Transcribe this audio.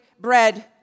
bread